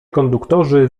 konduktorzy